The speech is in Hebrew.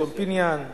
ציון פיניאן,